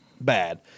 bad